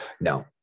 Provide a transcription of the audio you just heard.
No